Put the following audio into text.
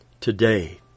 Today